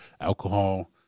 alcohol